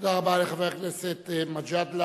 תודה רבה לחבר הכנסת מג'אדלה.